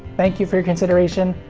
thank you for your consideration,